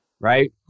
Right